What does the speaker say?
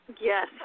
Yes